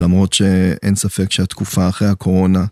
למרות שאין ספק שהתקופה אחרי הקורונה...